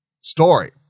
story